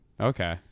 Okay